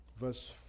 verse